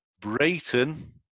Brayton